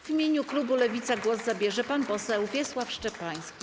W imieniu klubu Lewica głos zabierze pan poseł Wiesław Szczepański.